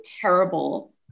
terrible